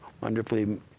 wonderfully